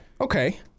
Okay